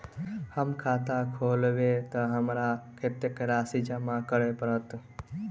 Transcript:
हम खाता खोलेबै तऽ हमरा कत्तेक राशि जमा करऽ पड़त?